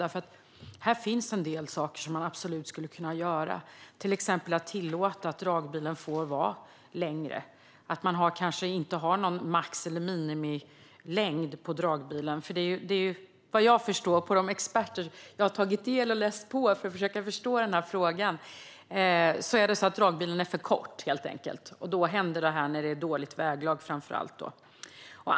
Här finns det absolut en del saker som man skulle kunna göra, till exempel att tillåta att dragbilen får vara längre eller kanske att man inte har någon max eller minimilängd på dragbilen. Jag har tagit del av expertis och läst på för att försöka förstå den här frågan. Nu är det helt enkelt så att dragbilen är för kort, och då händer detta, framför allt när det är dåligt väglag.